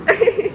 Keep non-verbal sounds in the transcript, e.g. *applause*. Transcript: *laughs*